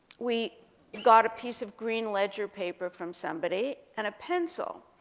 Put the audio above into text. we got a piece of green ledger paper from somebody, and a pencil,